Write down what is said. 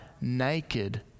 naked